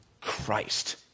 Christ